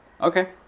Okay